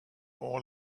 all